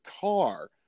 car